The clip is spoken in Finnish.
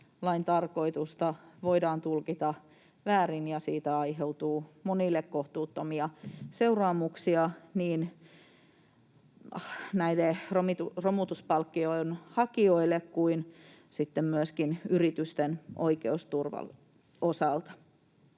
lain tarkoitusta voidaan tulkita väärin, ja siitä aiheutuu monille kohtuuttomia seuraamuksia, niin näille romutuspalkkion hakijoille kuin sitten myöskin yritysten oikeusturvan osalta.